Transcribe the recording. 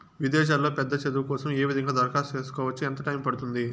విదేశాల్లో పెద్ద చదువు కోసం ఏ విధంగా దరఖాస్తు సేసుకోవచ్చు? ఎంత టైము పడుతుంది?